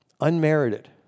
Unmerited